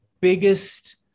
biggest